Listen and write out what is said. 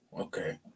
Okay